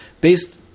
based